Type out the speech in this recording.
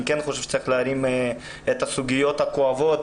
אני כן חושב שצריך להרים את הסוגיות הכואבות,